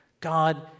god